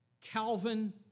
Calvin